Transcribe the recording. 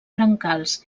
brancals